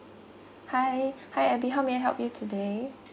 hi hi abby how may I help you today